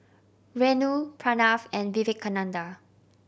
Renu Pranav and Vivekananda